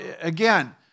again